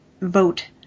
vote